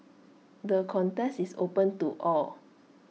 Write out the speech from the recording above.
the contest is open to all